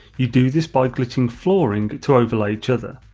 you do this by glitching flooring to overlay each other.